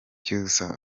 cyusa